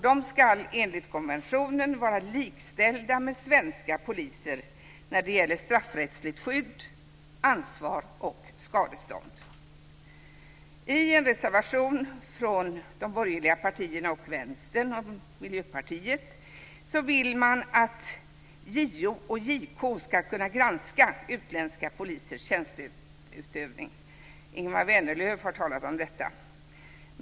De ska enligt konventionen vara likställda med svenska poliser när det gäller straffrättsligt skydd, ansvar och skadestånd. Vänstern och Miljöpartiet vill man att JO och JK ska kunna granska utländska polisers tjänsteutövning - Ingemar Vänerlöv har talat om detta.